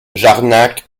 jarnac